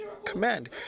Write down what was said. Command